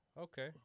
Okay